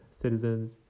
citizens